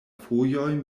fojoj